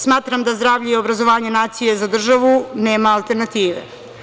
Smatram da zdravlje i obrazovanje nacije za državu nema alternative.